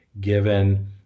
given